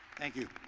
thank you.